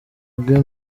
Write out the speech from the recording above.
bwe